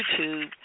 YouTube